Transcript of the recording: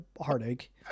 heartache